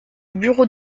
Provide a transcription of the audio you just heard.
bureau